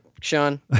Sean